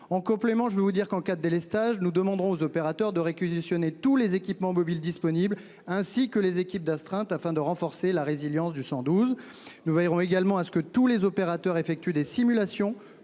En complément, je vais vous dire qu'en cas de délestage. Nous demandons aux opérateurs de réquisitionner tous les équipements mobiles disponible ainsi que les équipes d'astreinte afin de renforcer la résilience du 112. Nous verrons également à ce que tous les opérateurs effectuent des simulations